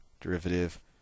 derivative